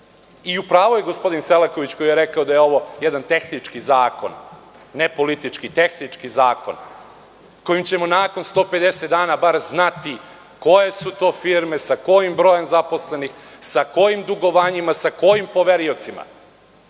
pravu je gospodin Selaković koji je rekao da je ovo jedan tehnički zakon, ne politički, tehnički zakon kojim ćemo nakon 150 dana bar znati koje su to firme, sa kojim brojem zaposlenih, sa kojim poveriocima.